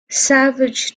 savage